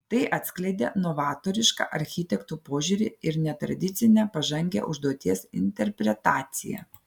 tai atskleidė novatorišką architektų požiūrį ir netradicinę pažangią užduoties interpretaciją